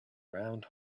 round